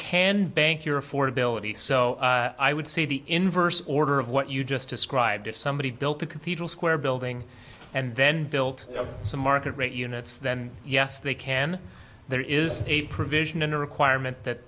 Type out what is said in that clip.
can bank your affordability so i would see the inverse order of what you just described if somebody built a cathedral square building and then built some market rate units then yes they can there is a provision in the requirement that